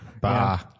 bah